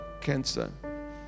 cancer